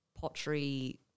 pottery